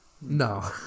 No